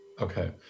Okay